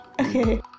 Okay